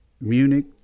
Munich